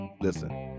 Listen